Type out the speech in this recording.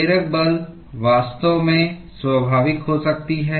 प्रेरक बल वास्तव में स्वाभाविक हो सकती है